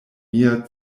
mia